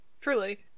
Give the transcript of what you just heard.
Truly